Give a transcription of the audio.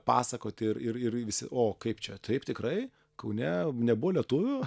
pasakoti ir ir ir visi o kaip čia taip tikrai kaune nebuvo lietuvių